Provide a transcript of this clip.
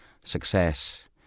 success